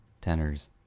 tenors